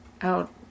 out